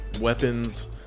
weapons